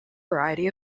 variety